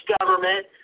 government